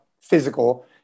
physical